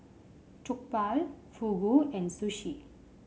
Jokbal Fugu and Sushi